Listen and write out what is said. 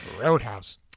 Roadhouse